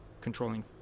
controlling